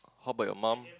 how about your mum